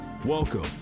Welcome